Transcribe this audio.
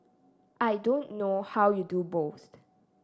I don't know how you do both